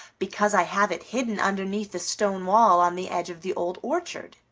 because i have it hidden underneath the stone wall on the edge of the old orchard,